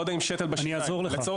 לא יודע אם שתל בשיניים לצורך העניין,